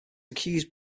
accused